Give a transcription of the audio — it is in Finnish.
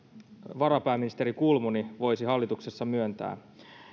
varapääministeri kulmuni voisi hallituksessa myöntää